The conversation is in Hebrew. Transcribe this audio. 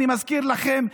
אני מזכיר לכם,